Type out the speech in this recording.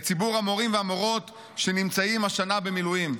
את ציבור המורים והמורות שנמצאים השנה במילואים".